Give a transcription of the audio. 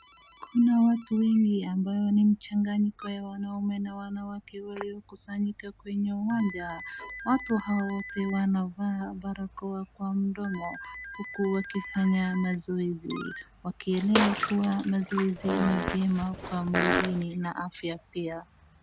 Kuna watu wengi ambao ni mchanganyiko ya wanaume na wanawake waliokusanyika kwenye uwanja. Watu hawa wote wanavaa barakoa kwa mdomo uku wakifanya mazoezi, wakielewa kuwa mazoezi ni vyema kwa mwilini na afya pia.